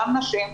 גם נשים,